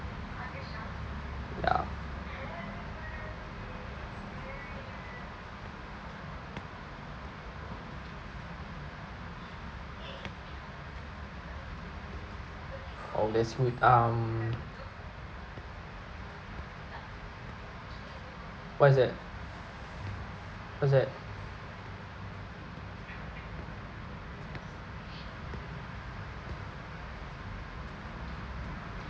ya all these would um what's that what's that